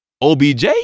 OBJ